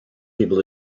people